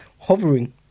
hovering